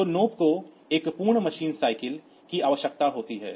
तो NOP को 1 पूर्ण मशीन साइकिल की आवश्यकता होती है